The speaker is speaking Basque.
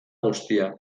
guztia